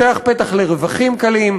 הוא פותח פתח לרווחים קלים,